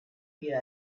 vida